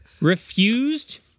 refused